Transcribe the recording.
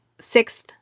sixth